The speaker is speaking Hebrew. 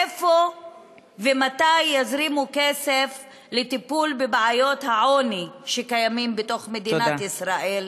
איפה ומתי יזרימו כסף לטיפול בבעיות העוני שקיימות בתוך מדינת ישראל?